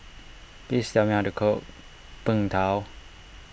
please tell me how to cook Png Tao